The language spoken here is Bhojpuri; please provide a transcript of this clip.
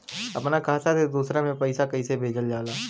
अपना खाता से दूसरा में पैसा कईसे भेजल जाला?